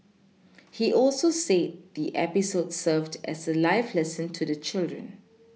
he also said the episode served as a life lesson to the children